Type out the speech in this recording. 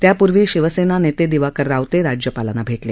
त्यापूर्वी शिवसेना नेते दिवाकर रावते राज्यपालांना भेटले